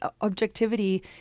Objectivity